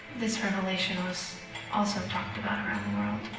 this revelation was also talked about around the world,